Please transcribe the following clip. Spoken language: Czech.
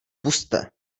pusťte